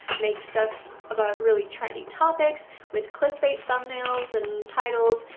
make stuff about really trendy topics with clickbait thumbnails and titles.